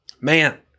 Man